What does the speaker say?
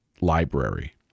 library